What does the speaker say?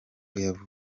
nibwo